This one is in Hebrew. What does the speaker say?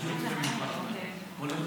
זה עולה יותר.